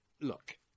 look